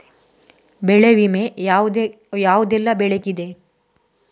ಬೆಳೆ ವಿಮೆ ಯಾವುದೆಲ್ಲ ಬೆಳೆಗಿದೆ?